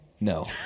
No